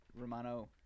Romano